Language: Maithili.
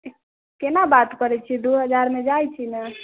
केना बात करै छी दू हजारमे जाइ छै ने